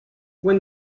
when